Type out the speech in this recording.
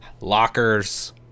lockers